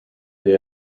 they